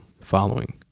following